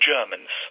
Germans